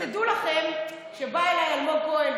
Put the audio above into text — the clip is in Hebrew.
תדעו לכם שבא אליי אלמוג כהן,